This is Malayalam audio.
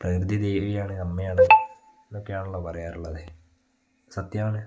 പ്രകൃതി ദേവിയാണ് അമ്മയാണ് എന്നൊക്കെ ആണല്ലോ പറയാറുള്ളത് സത്യമാണ്